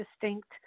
distinct